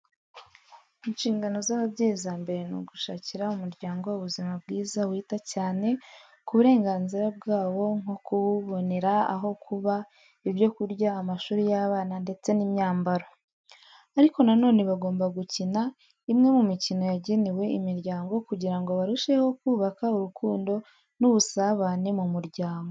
Inshingano z'ababyeyi za mbere ni ugushakira umuryango ubuzima bwiza wita cyane ku burenganzira bwawo nko kuwubonera aho kuba, ibyo kurya, amashuri y'abana ndetse n'imyambaro. Ariko na none bagomba gukina imwe mu mikino yagenewe imiryango kugira ngo barusheho kubaka urukundo n'ubusabane mu muryango.